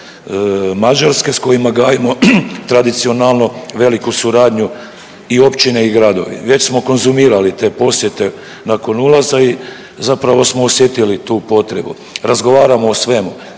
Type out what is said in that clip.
Mađarske sa kojima gajimo tradicionalno veliku suradnju i općine i gradovi. Već smo konzumirali te posjete nakon ulaza i zapravo smo osjetili tu potrebu. Razgovaramo o svemu